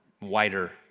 wider